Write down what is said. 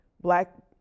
black